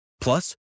Plus